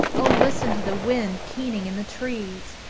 oh, listen to the wind keening in the trees!